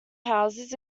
houses